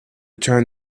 turn